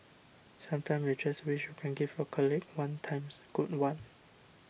sometimes you just wish you can give your colleague one times good one